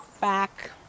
back